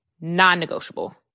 Non-negotiable